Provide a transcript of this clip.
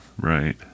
right